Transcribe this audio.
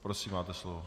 Prosím, máte slovo.